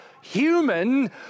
human